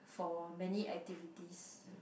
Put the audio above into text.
for many activities